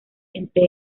entre